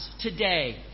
today